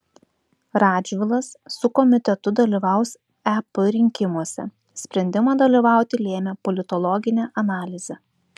radžvilas su komitetu dalyvaus ep rinkimuose sprendimą dalyvauti lėmė politologinė analizė